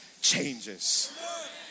changes